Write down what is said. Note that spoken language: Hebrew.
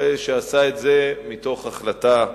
הרי שעשה את זה מתוך החלטה שלו.